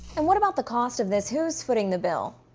and what about the cost of this? who's footing the bill?